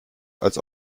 als